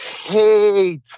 hate